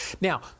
Now